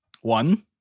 one